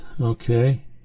Okay